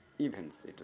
events